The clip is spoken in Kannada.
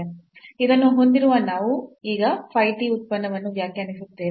ಇದನ್ನು ಹೊಂದಿರುವ ನಾವು ಈಗ phi t ಉತ್ಪನ್ನವನ್ನು ವ್ಯಾಖ್ಯಾನಿಸುತ್ತೇವೆ